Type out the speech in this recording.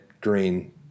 green